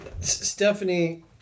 Stephanie